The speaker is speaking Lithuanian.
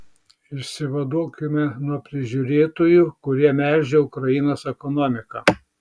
išsivaduokime nuo prižiūrėtojų kurie melžia ukrainos ekonomiką